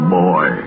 boy